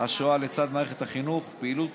השואה לצד מערכת החינוך, פעילות